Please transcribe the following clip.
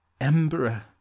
emperor